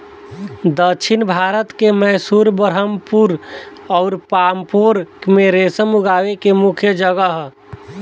दक्षिण भारत के मैसूर, बरहामपुर अउर पांपोर में रेशम उगावे के मुख्या जगह ह